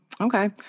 Okay